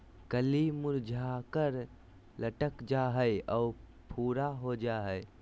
कली मुरझाकर लटक जा हइ और भूरा हो जा हइ